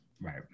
Right